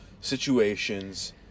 situations